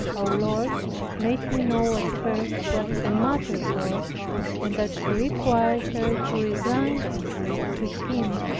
our lord made me know at first what the matter was and that he required her to resign herself to him,